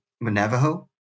Navajo